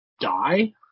die